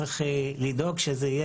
צריך לדאוג שזה יהיה